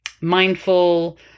mindful